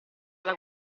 alla